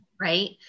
Right